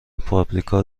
پاپریکا